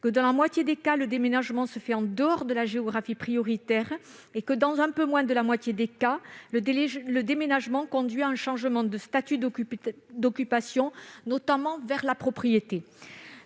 dans la moitié des cas, hors de la géographie prioritaire et que, dans un peu moins de la moitié des cas, le déménagement conduit à un changement de statut d'occupation, notamment vers la propriété.